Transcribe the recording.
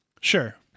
Sure